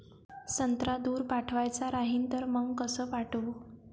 संत्रा दूर पाठवायचा राहिन तर मंग कस पाठवू?